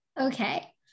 Okay